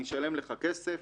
אני אשלם לך כסף,